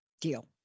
deal